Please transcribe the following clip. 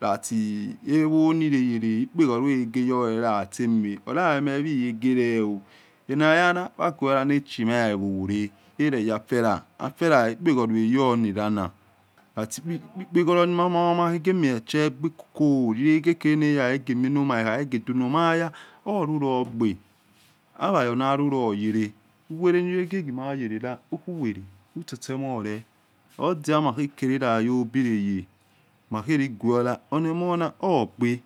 lati evo ni le yele epekholo hegeyowole ema olamemihegele oh anayana waguola nachima evore nareyafela afela ekpekh olo eyo na lana lati ekpiyi ϵkpϵleholo nimamawo mahegemio che ninnagbe koko lile kelehaya miano ma hehahege dunoma aya hululogbe hawayonalu loyele huye leni le he ghomayela hihuwalehutsotse mole odia mahekelela hobilayele mahe liguela enemona ogbe